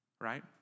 right